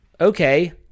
Okay